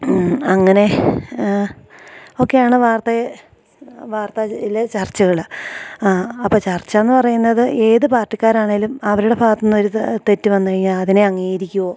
അങ്ങനെ ഒക്കെയാണ് വാർത്തയെ വാർത്തയിലെ ചർച്ചകള് അപ്പോള് ചർച്ചയെന്ന് പറയുന്നത് ഏത് പാര്ട്ടിക്കാരാണെങ്കിലും അവരുടെ ഭാഗത്തുനിന്നൊരിത് തെറ്റ് വന്നുകഴിഞ്ഞാല് അതിനെ അംഗീകരിക്കുകയോ